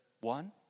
one